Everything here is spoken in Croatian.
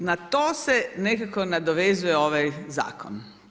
I na to se nekako nadovezuje ovaj zakon.